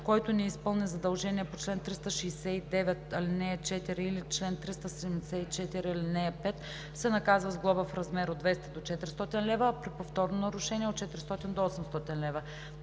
който не изпълни задължение по чл. 369, ал. 4 или чл. 374, ал. 5, се наказва с глоба в размер от 200 до 400 лв., а при повторно нарушение – от 400 до 800 лв.“